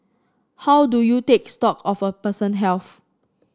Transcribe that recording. how do you take stock of a person health